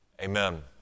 amen